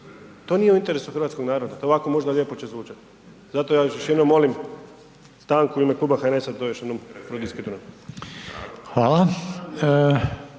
to nije u interesu hrvatskog naroda, to ovako možda lijepo će zvučat, zato ja još jednom molim stanku u ime Kluba HNS-a da to još jednom prodiskutiramo.